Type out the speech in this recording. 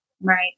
Right